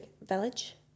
village